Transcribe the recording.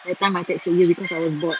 that time I texted you because I was bored